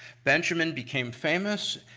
benjamin became famous,